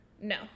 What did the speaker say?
No